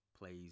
plays